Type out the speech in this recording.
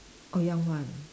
oh young one